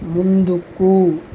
ముందుకు